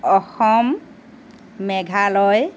Assam Meghalaya